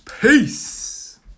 Peace